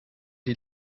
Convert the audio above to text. die